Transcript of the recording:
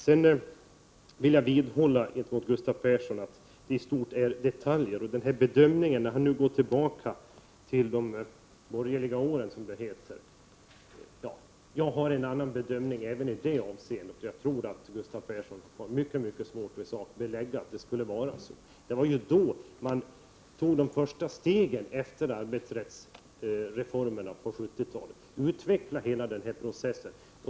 Gentemot Gustav Persson vidhåller jag att det i stort sett är detaljer som skiljer. Han har sin bedömning när han går tillbaka till de borgerliga åren, som det heter. Jag har en annan bedömning även i detta avseende, och jag tror att Gustav Persson har mycket svårt att i sak belägga att det skulle vara så som han påstår. Det var ju under den tiden man tog de första stegen efter arbetsrättsreformerna på 1970-talet för att utveckla hela den här processen.